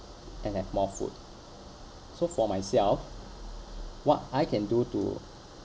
and have more food so for myself what I can do to